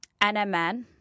NMN